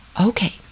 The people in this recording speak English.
Okay